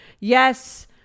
yes